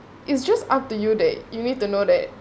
it's just up to you that you need to know that